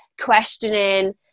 questioning